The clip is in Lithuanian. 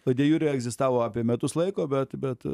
o de jure egzistavo apie metus laiko bet bet